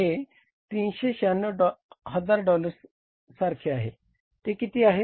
हे 396 हजार डॉलर्ससारखे आहे ते किती आहे